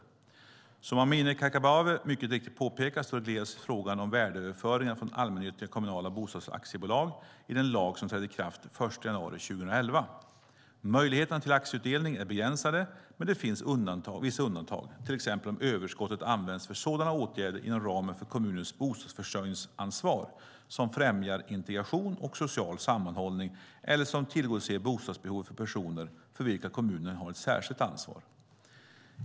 Som Amineh Kakabaveh mycket riktigt påpekar regleras frågan om värdeöverföringar från allmännyttiga kommunala bostadsaktiebolag i den lag som trädde i kraft den 1 januari 2011. Möjligheterna till aktieutdelning är begränsade, men det finns vissa undantag, till exempel om överskottet används för sådana åtgärder inom ramen för kommunens bostadsförsörjningsansvar som främjar integration och social sammanhållning eller som tillgodoser bostadsbehovet för personer för vilka kommunen har ett särskilt ansvar.